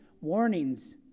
warnings